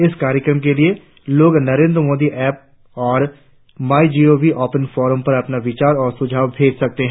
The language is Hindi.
इस कार्यक्रम के लिए लोग नरेंद्र मोदी ऐप और माईजीओवी ओपेन फोरम पर अपने विचार और सुझाव भेज सकते हैं